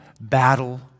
battle